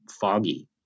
foggy